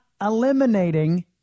eliminating